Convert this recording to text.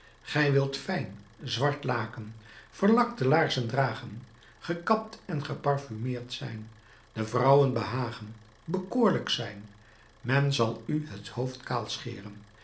gij wilt fijn zwart laken verlakte laarzen dragen gekapt en geparfumeerd zijn de vrouwen behagen bekoorlijk zijn men zal u het hoofd kaal scheren